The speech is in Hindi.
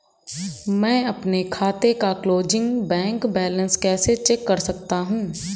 मैं अपने खाते का क्लोजिंग बैंक बैलेंस कैसे चेक कर सकता हूँ?